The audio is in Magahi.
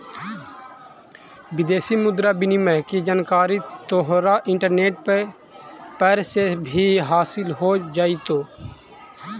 विदेशी मुद्रा विनिमय की जानकारी तोहरा इंटरनेट पर से भी हासील हो जाइतो